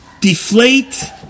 deflate